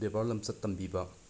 ꯕ꯭ꯌꯦꯕꯥꯔ ꯂꯝꯆꯠ ꯇꯝꯕꯤꯕ